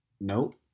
no